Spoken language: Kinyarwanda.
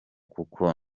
kuko